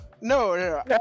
no